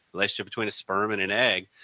relationship between a sperm and an egg.